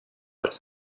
its